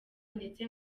ndetse